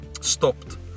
stopped